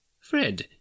Fred